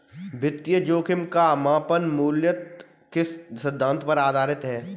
वित्तीय जोखिम का मापन मूलतः किस सिद्धांत पर आधारित है?